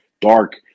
dark